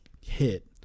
hit